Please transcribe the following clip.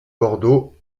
bordeaux